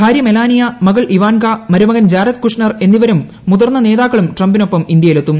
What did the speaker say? ഭാര്യ മെലാനിയ മകൾ ഇവാൻക മരുമകൻ ജറദ്കുഷ്നർ എന്നിവരും മുതിർന്ന നേതാക്കളും ട്രംപിനൊപ്പം ഇന്ത്യയിലെത്തും